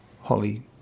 Holly